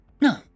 no